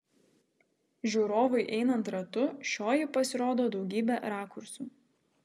žiūrovui einant ratu šioji pasirodo daugybe rakursų